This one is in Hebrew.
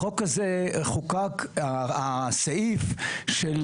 החוק הזה חוקק, הסעיף של